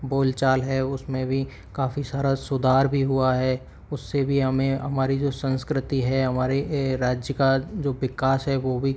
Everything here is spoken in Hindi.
बोलचाल है उसमें भी काफ़ी सारा सुधार भी हुआ है उससे भी हमें हमारी जो संस्कृति है हमारे राज्य का जो विकास है वो भी